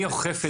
מי אוכף את זה?